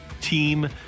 team